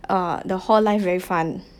uh the hall life very fun